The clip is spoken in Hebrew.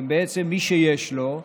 מי שיש לו,